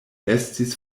estis